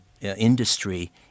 industry